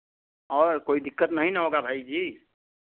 और कोई दिक्कत नहीं ना होगा भाई जी